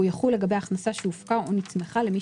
והוא יחול לגבי הכנסה שהופקה או נצמחה למי